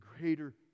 greater